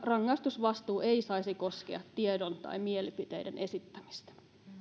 rangaistusvastuu saisi koskea tiedon tai mielipiteiden esittämistä